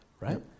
Right